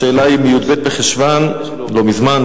השאלה היא מי"ט בחשוון, לא מזמן.